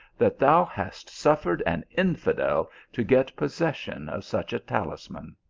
that thou hast suffered an infidel to get possession of such a talisman?